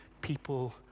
people